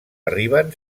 arribin